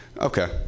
Okay